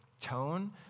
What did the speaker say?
tone